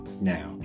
Now